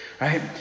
Right